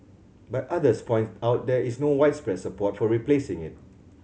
but others point out there is no widespread support for replacing it